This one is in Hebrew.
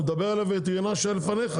הוא מדבר על הווטרינר שהיה לפניך.